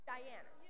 Diana